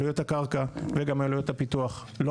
עלויות הקרקע וגם עלויות הפיתוח לא